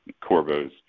Corvo's